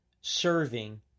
Serving